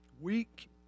weak